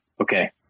okay